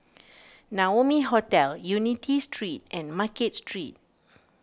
Naumi Hotel Unity Street and Market Street